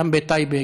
גם בטייבה,